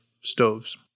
stoves